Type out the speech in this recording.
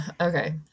Okay